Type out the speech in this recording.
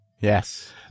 Yes